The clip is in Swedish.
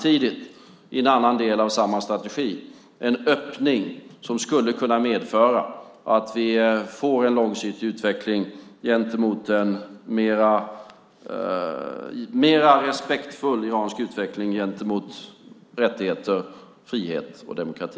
I en annan del av samma strategi behövs samtidigt en öppning som skulle kunna medföra att vi långsiktig får en mer respektfull iransk utveckling av rättigheter, frihet och demokrati.